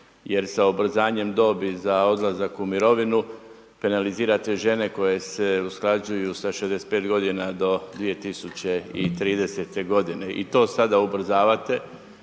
jer sa ubrzanjem dobi za odlazak u mirovinu penalizirate žene koje se usklađuju sa 65 godina do 2030. godine. I to sada ubrzavate,